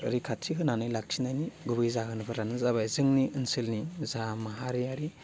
रैखाथि होनानै लाखिनायनि गुबै जाहोनफोरानो जाबाय जोंनि ओनसोलनि जा माहारियारि